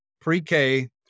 pre-K